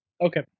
Okay